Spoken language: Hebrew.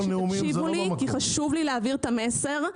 שתקשיבו לי כי חשוב לי להעביר את המסר.